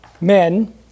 men